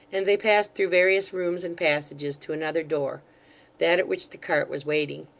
and they passed through various rooms and passages to another door that at which the cart was waiting.